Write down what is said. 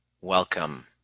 Welcome